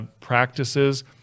practices